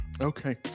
Okay